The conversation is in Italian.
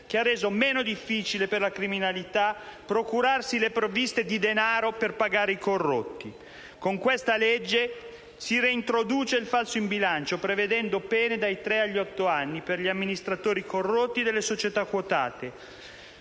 che ha reso meno difficile per la criminalità procurarsi le provviste di denaro per pagare i corrotti. Con questo disegno di legge si reintroduce il falso in bilancio, prevedendo pene dai tre agli otto anni per gli amministratori corrotti delle società quotate,